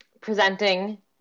presenting